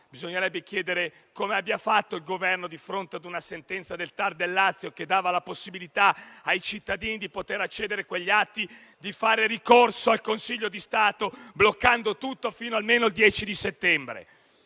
Bisognerebbe capire come abbia fatto il Governo, di fronte a una sentenza del TAR del Lazio che dava la possibilità ai cittadini di poter accedere a quegli atti, a fare ricorso al Consiglio di Stato bloccando tutto fino almeno al 10 settembre.